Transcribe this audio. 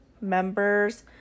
members